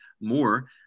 more